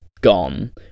gone